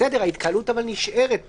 בסדר, אבל ההתקהלות נשארת פה.